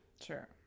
Sure